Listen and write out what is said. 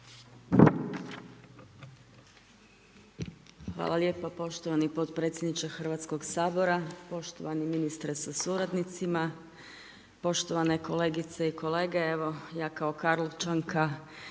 Hvala lijepo poštovani potpredsjedniče Hrvatskog sabora, poštovani ministre sa suradnicima, poštovane kolegice i kolege, evo ja kao Karlovčanka,